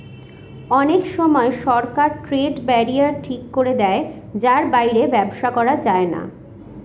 অনেক সময় সরকার ট্রেড ব্যারিয়ার ঠিক করে দেয় যার বাইরে ব্যবসা করা যায় না